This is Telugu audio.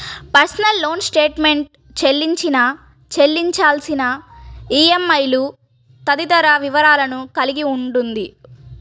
పర్సనల్ లోన్ స్టేట్మెంట్ చెల్లించిన, చెల్లించాల్సిన ఈఎంఐలు తదితర వివరాలను కలిగి ఉండిద్ది